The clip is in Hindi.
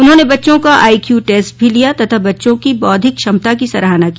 उन्होंने बच्चों का आईक्यू टेस्ट भी लिया तथा बच्चों की बौद्धिक क्षमता की सराहना की